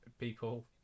people